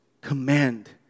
command